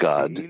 God